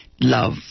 love